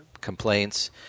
complaints